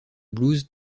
blues